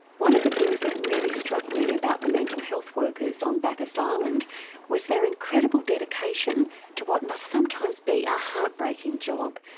one of the things that really struck me about the mental health workers on bathurst um island was their incredible dedication to what must sometimes be a heartbreaking job,